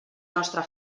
nostra